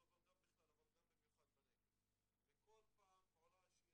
זה מעולה,